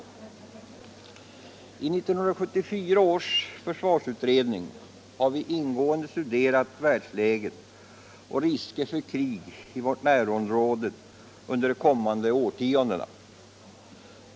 I 1974 års försvarsutredning har vi ingående studerat världsläget och dess risker för krig i vårt närområde under de kommande årtiondena.